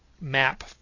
map